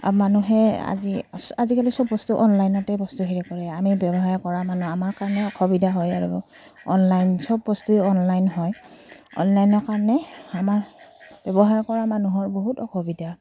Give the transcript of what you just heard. মানুহে আজি আজিকালি চব বস্তু অনলাইনতে বস্তু হেৰি কৰে আমি ব্যৱসায় কৰা মানুহ আমাৰ কাৰণেও অসুবিধা হয় আৰু অনলাইন চব বস্তুৱেই অনলাইন হয় অনলাইনৰ কাৰণে আমাৰ ব্যৱসায় কৰা মানুহৰ বহুত অসুবিধা